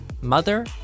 mother